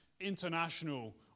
international